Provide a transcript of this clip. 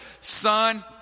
son